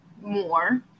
more